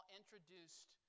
introduced